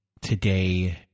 today